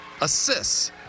assists